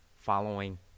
following